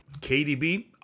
KDB